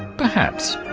perhaps.